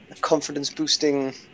confidence-boosting